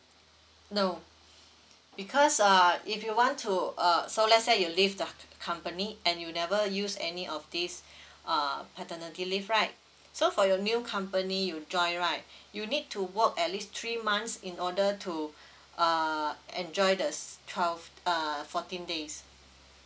nope because uh if you want to uh so let's say you leave the company and you never use any of these uh paternity leave right so for your new company you join right you need to work at least three months in order to uh enjoy the twelve uh fourteen days